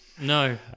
No